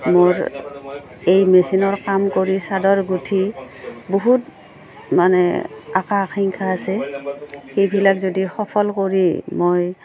মোৰ এই মেচিনৰ কাম কৰি চাদৰ গোঁঠি বহুত মানে আশা আকাংক্ষা আছে সেইবিলাক যদি সফল কৰি মই